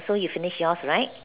so you finish yours right